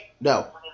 No